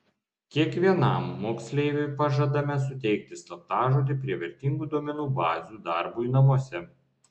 kiekvienam moksleiviui pažadame suteikti slaptažodį prie vertingų duomenų bazių darbui namuose